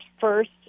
first